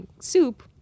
soup